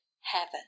heaven